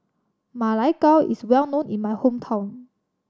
Ma Lai Gao is well known in my hometown